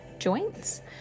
joints